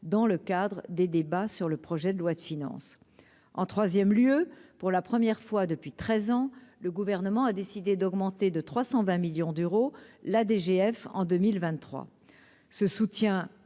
dans le cadre des débats sur le projet de loi de finances en 3ème lieu pour la première fois depuis 13 ans, le gouvernement a décidé d'augmenter de 320 millions d'euros la DGF en 2023 ce soutien